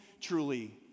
truly